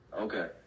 Okay